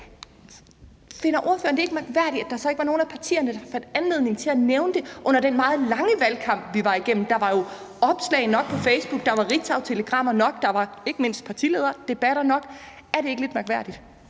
Finder ordføreren det ikke mærkværdigt, at der så ikke var nogen af partierne, der fandt anledning til at nævne det under den meget lange valgkamp, vi var igennem? Der var jo opslag nok på Facebook, der var ritzautelegrammer nok, der var ikke mindst partilederdebatter nok. Er det ikke lidt mærkværdigt?